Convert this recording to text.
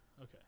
Okay